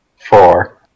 Four